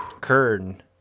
Kern